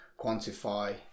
quantify